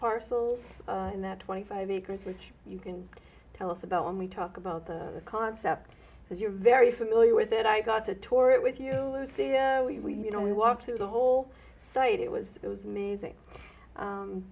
parcels in that twenty five acres which you can tell us about when we talk about the concept because you're very familiar with it i got to tour it with you we know we walked through the hole so it was it was amazing